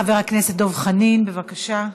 חבר הכנסת דב חנין, בבקשה.